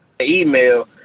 email